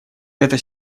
эта